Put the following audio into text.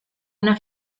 una